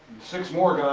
six more